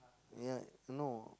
ya no